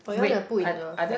or you wanna put in the phone